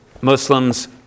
Muslims